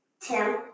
Tim